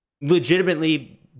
legitimately